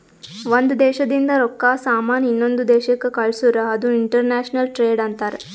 ಒಂದ್ ದೇಶದಿಂದ್ ರೊಕ್ಕಾ, ಸಾಮಾನ್ ಇನ್ನೊಂದು ದೇಶಕ್ ಕಳ್ಸುರ್ ಅದು ಇಂಟರ್ನ್ಯಾಷನಲ್ ಟ್ರೇಡ್ ಅಂತಾರ್